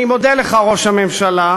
אני מודה לך, ראש הממשלה,